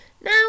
Now